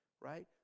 right